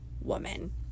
woman